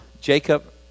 jacob